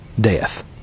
death